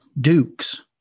Dukes